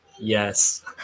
Yes